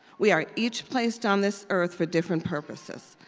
we are each placed on this earth for different purposes.